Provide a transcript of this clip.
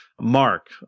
mark